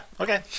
okay